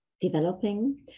developing